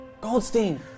Goldstein